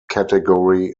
category